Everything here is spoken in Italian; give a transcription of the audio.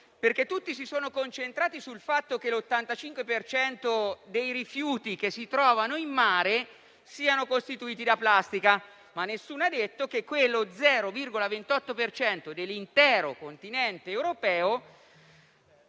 Tutti si sono concentrati sul fatto che l'85 per cento dei rifiuti che si trovano in mare siano costituiti da plastica, ma nessuno ha detto che quello 0,28 per cento dell'intero continente europeo